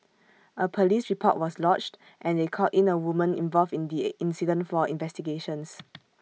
A Police report was lodged and they called in A woman involved in the incident for investigations